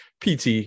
pt